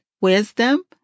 wisdom